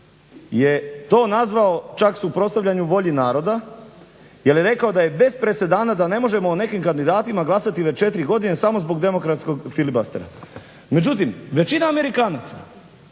je to nazvao čak suprotstavljanju volji naroda jer je rekao da je bez presedana da ne možemo o nekim kandidatima glasati već 4 godine samo zbog demokratskog filibustera. Međutim, većina Amerikanaca